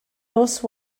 nos